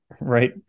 right